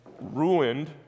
ruined